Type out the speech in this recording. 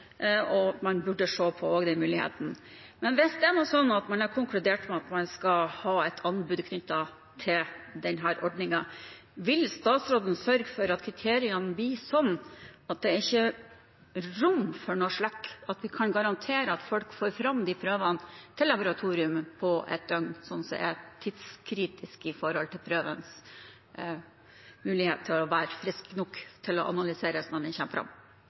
man burde se på også den muligheten. Hvis det er sånn at man har konkludert med at man skal ha et anbud knyttet til denne ordningen, vil statsråden sørge for at kriteriene blir sånn at det ikke er rom for slakk, at han kan garantere at folk får fram prøvene til laboratoriene på ett døgn, som er tidskritisk med tanke på at prøven skal være frisk nok til å analyseres når den kommer fram?